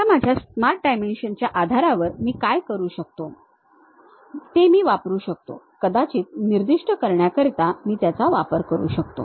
आता माझ्या स्मार्ट डायमेन्शनच्या आधारावर मी काय करू शकतो ते मी वापरू शकतो कदाचित निर्दिष्ट करण्याकरिता त्याचा वापर करू शकतो